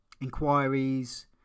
inquiries